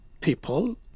people